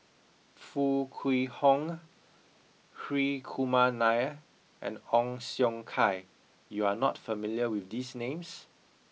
Foo Kwee Horng Hri Kumar Nair and Ong Siong Kai you are not familiar with these names